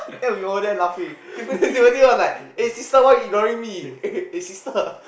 then we over there laughing then Timothy was like eh sister why you ignoring me eh sister